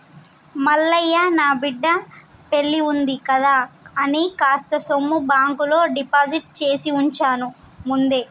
మల్లయ్య నా బిడ్డ పెల్లివుంది కదా అని కాస్త సొమ్ము బాంకులో డిపాజిట్ చేసివుంచాను ముందే